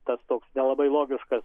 tas toks nelabai logiškas